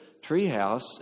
treehouse